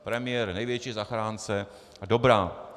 Premiér největší zachránce a dobrák.